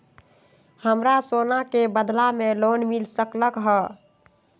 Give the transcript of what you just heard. हमरा सोना के बदला में लोन मिल सकलक ह?